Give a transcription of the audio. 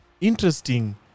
interesting